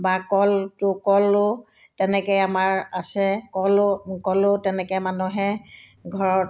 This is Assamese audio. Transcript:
বা কলটো কলো তেনেকৈ আমাৰ আছে কলো কলো তেনেকৈ মানুহে ঘৰত